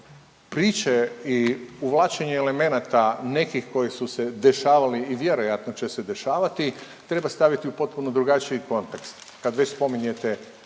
priče i uvlačenje elemenata nekih koji su se dešavali i vjerojatno će se dešavati treba staviti u potpuno drugačiji kontekst kad već spominjete